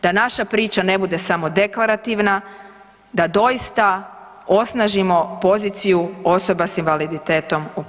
Da naša priča ne bude samo deklarativna, da doista osnažimo poziciju osoba sa invaliditetom u praksi.